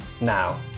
now